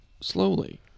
slowly